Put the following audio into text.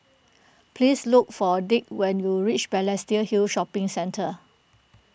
please look for Dirk when you reach Balestier Hill Shopping Centre